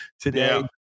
today